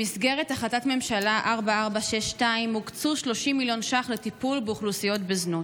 במסגרת החלטת ממשלה 4462 הוקצו 30 מיליון ש"ח לטיפול באוכלוסיות בזנות.